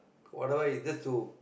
whatever is just to